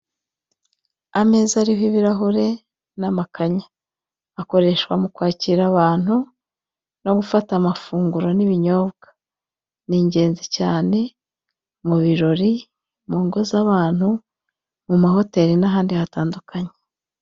Ameza ariho ibirahura n'amakanya akoreshwa mu kwakira abantu no gufata amafunguro n'ibinyobwa , ni ingenzi cyane mu birori, mu ngo z'abantu mu mahoteri n'ahandi hatandukanye.